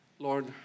Lord